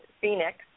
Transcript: Phoenix